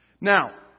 Now